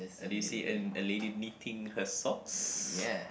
do you see a a lady knitting her socks